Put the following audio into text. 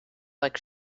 like